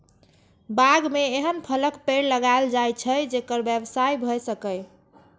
बाग मे एहन फलक पेड़ लगाएल जाए छै, जेकर व्यवसाय भए सकय